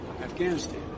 afghanistan